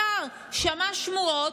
השר שמע שמועות,